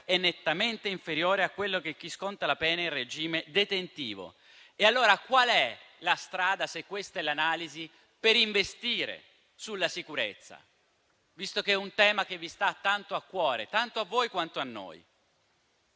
è nettamente inferiore a quello di chi sconta la pena in regime detentivo. E allora qual è la strada, se questa è l'analisi, per investire sulla sicurezza, visto che è un tema che sta a cuore tanto a voi quanto a noi?